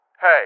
hey